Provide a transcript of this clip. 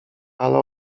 ale